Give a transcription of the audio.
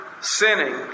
sinning